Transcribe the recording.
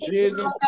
Jesus